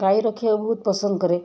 ଗାଈ ରଖିବାକୁ ବହୁତ ପସନ୍ଦ କରେ